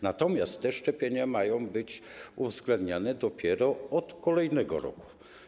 Natomiast te szczepienia mają być uwzględniane dopiero od kolejnego roku.